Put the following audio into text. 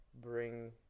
bring